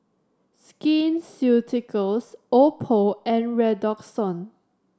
Skin Ceuticals Oppo and Redoxon